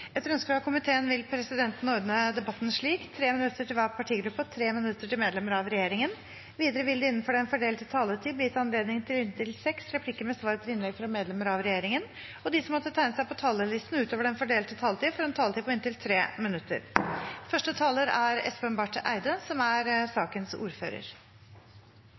Etter ønske fra energi- og miljøkomiteen vil presidenten ordne debatten slik: 3 minutter til hver partigruppe og 3 minutter til medlemmer av regjeringen. Videre vil det – innenfor den fordelte taletid – bli gitt anledning til inntil seks replikker med svar etter innlegg fra medlemmer av regjeringen, og de som måtte tegne seg på talerlisten utover den fordelte taletid, får en taletid på inntil 3 minutter.